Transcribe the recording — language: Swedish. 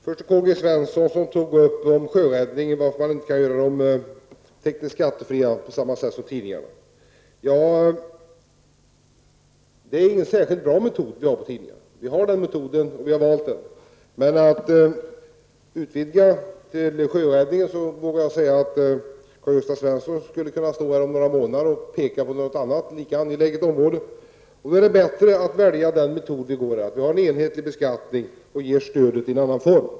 Herr talman! Karl-Gösta Svenson undrade varför man inte kan göra sjöräddningen tekniskt skattefri på samma sätt som tidningarna. Det är ingen särskilt bra metod som man har på tidningarna. Vi har den, och vi har valt den. Men om vi skulle utvidga detta till att gälla sjöräddningen vågar jag säga att Karl-Gösta Svenson om några månader skulle kunna stå här igen och peka på något lika angeläget område. Då är det bättre att välja en annan metod som innebär att vi har en enhetlig beskattning och ger stödet i en annan form.